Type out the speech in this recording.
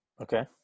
Okay